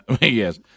yes